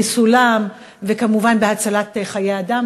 בחיסולם וכמובן בהצלת חיי אדם,